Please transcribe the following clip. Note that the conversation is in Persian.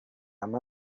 عمه